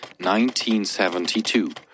1972